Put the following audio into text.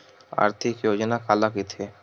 आर्थिक योजना काला कइथे?